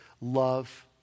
love